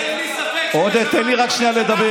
אין לי ספק, עודד, תן לי רק שנייה לדבר.